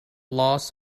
loss